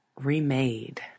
Remade